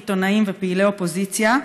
עיתונאים ופעילי אופוזיציה,